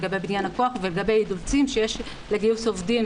לגבי בניין הכוח ולגבי אילוצים שיש לגיוס עובדים